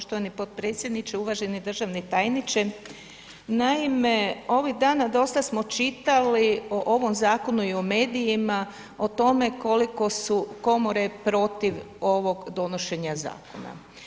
Poštovani potpredsjedniče, uvaženi državni tajniče, naime ovih dana dosta smo čitali o ovom zakonu i u medijima o tome koliko su komore protiv ovog donošenja zakona.